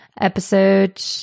episode